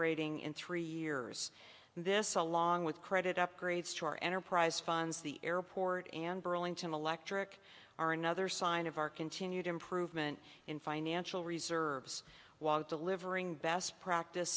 rating in three years this along with credit upgrades to our enterprise funds the airport and burlington electric are another sign of our continued improvement in financial reserves while delivering best practice